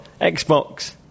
Xbox